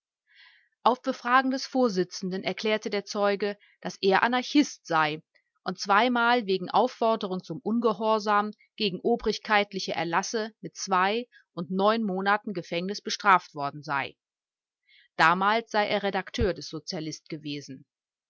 auf befragen des vorsitzenden erklärte der zeuge daß er anarchist sei und zweimal wegen aufforderung zum ungehorsam gegen obrigkeitliche erlasse mit zwei und neun monaten gefängnis bestraft worden sei damals sei er redakteur des sozialist gewesen